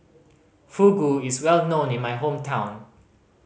fugu is well known in my hometown